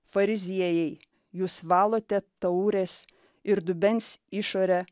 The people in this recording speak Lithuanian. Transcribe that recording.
fariziejai jūs valote taures ir dubens išorę